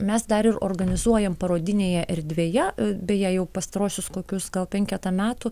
mes dar ir organizuojam parodinėje erdvėje beje jau pastaruosius kokius gal penketą metų